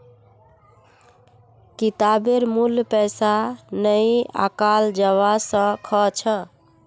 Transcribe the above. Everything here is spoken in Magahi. किताबेर मूल्य पैसा नइ आंकाल जबा स ख छ